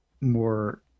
more